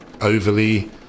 overly